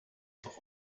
doch